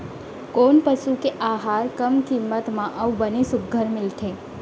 कोन पसु के आहार कम किम्मत म अऊ बने सुघ्घर मिलथे?